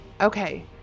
Okay